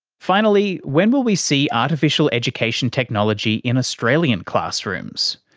finally, when will we see artificial education technology in australian classrooms?